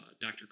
Dr